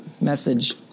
message